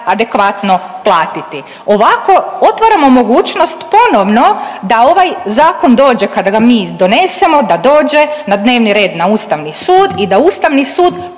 adekvatno platiti. Ovako otvaramo mogućnost da ovaj zakon dođe kada ga mi donesemo, da dođe na dnevni red na Ustavni sud i da Ustavni sud